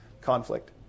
conflict